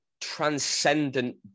transcendent